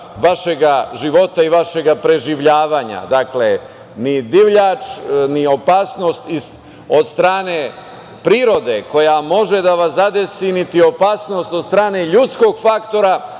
vašeg života i vašeg preživljavanja. Dakle, ni divljač, ni opasnost od strane prirode koja može da vas zadesi, niti opasnost od strane ljudskog faktora